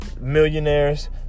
millionaires